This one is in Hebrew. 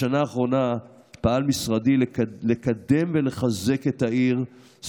בשנה האחרונה פעל משרדי לקדם ולחזק את העיר,